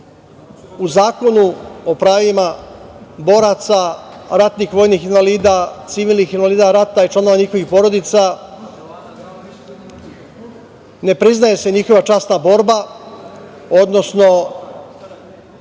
Zakonu o pravima boraca, ratnih vojnih invalida, civilnih invalida rata i članova njihovih porodica ne priznaje se njihova časna borba, odnosno